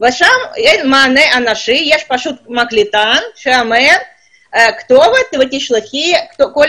ושם יש מענה קולי שאומר לשלוח את כל